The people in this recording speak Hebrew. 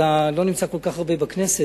אתה לא נמצא כל כך הרבה בכנסת,